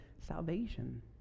salvation